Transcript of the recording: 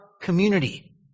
community